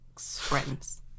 friends